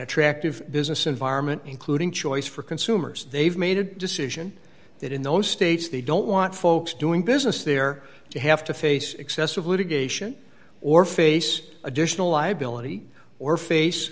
attractive business environment including choice for consumers they've made a decision that in those states they don't want folks doing business there to have to face excessive litigation or face additional liability or face